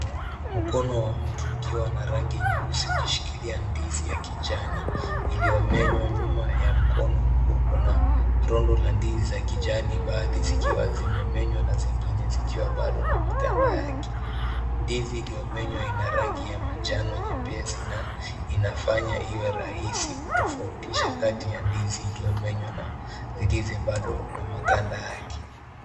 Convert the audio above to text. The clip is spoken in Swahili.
Mkono wa mtu ukiwa na rangi nyeusi, ukishikilia ndizi ya kijani, iliyomenywa. Nyuma ya mkono huu kuna rondo la ndizi za kijani baadhi zikiwa zimemenywa na zingine zikiwa bado na maganda yake. Ndizi iliyomenywa ina rangi ya manjano nyepesi na inafanya iwe rahisi kutofautisha kati ya ndizi iliyomenywa na ndizi zilizo bado na maganda yake.